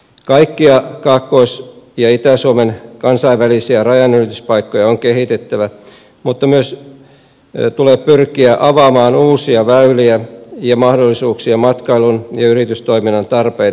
kaikkia kaakkois ja itä suomen kansainvälisiä rajanylityspaikkoja on kehitettävä mutta myös tulee pyrkiä avaamaan uusia väyliä ja mahdollisuuksia matkailun ja yritystoiminnan tarpeiden mukaan